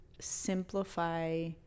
simplify